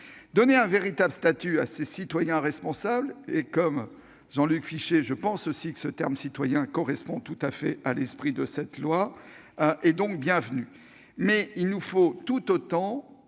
Donner un véritable statut à ces citoyens responsables -je pense, comme Jean-Luc Fichet, que l'emploi du terme « citoyen » correspond tout à fait à l'esprit de cette loi -est donc bienvenu, mais il nous faut tout autant